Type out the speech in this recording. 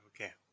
Okay